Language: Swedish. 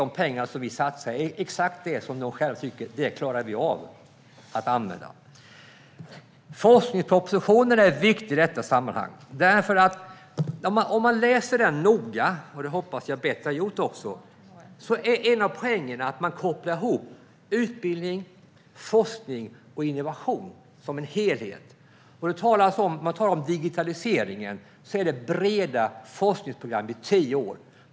De pengar som vi satsar är exakt det som de själva tycker att de klarar av att använda. Forskningspropositionen är viktig i detta sammanhang. Om man läser den noga, och det hoppas jag att Betty också har gjort, ser man en av poängerna att man kopplar ihop utbildning, forskning och innovation som en helhet. När man talar om digitaliseringen är det breda forskningsprogram i tio år.